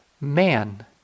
man